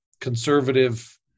conservative